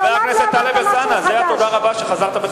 חבר הכנסת אלסאנע, זה התודה רבה שחזרת?